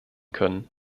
können